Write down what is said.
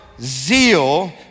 zeal